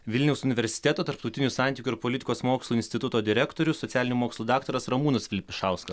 vilniaus universiteto tarptautinių santykių ir politikos mokslų instituto direktorius socialinių mokslų daktaras ramūnas vilpišauskas